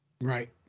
Right